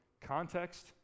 context